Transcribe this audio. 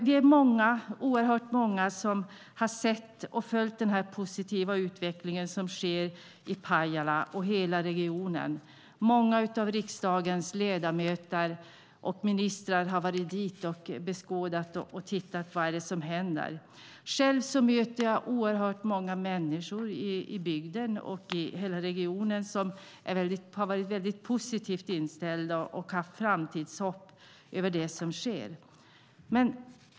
Vi är oerhört många som har sett och följt den positiva utveckling som sker i Pajala och hela regionen. Många av riksdagens ledamöter och ministrar har varit dit och beskådat vad som händer. Själv möter jag väldigt många människor i bygden och hela regionen som har varit mycket positivt inställda och haft framtidshopp inför det som sker.